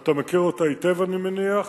אתה מכיר אותה היטב, אני מניח.